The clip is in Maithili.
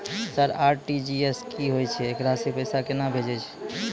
सर आर.टी.जी.एस की होय छै, एकरा से पैसा केना भेजै छै?